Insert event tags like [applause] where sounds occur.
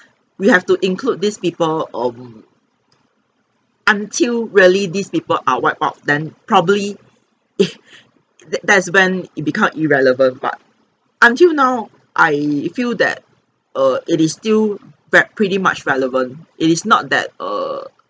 we have to include these people um until really these people are wipe out then probably if [breath] that's when it become irrelevant but until now I feel that err it is still back pretty much relevant it is not that err